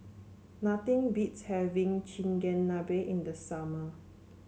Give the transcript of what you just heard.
nothing beats having Chigenabe in the summer